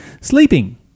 sleeping